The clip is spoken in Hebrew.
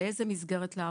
לאיזו מסגרת לעבור?